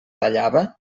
tallava